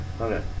Okay